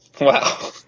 Wow